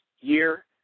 year